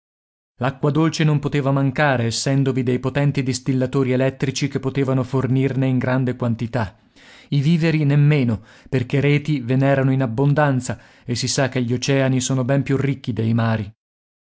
l'acqua dolce non poteva mancare essendovi dei potenti distillatori elettrici che potevano fornirne in grande quantità i viveri nemmeno perché reti ve n'erano in abbondanza e si sa che gli oceani sono ben più ricchi dei mari